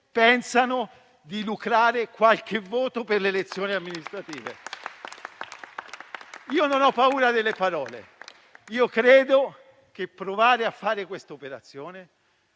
pensano di lucrare qualche voto per le elezioni amministrative. Non ho paura delle parole, credo che provare a fare questa operazione